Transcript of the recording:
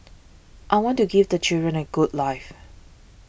I want to give the children a good life